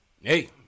Hey